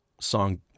song